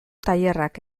tailerrak